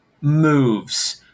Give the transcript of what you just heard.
moves –